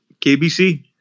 KBC